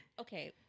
Okay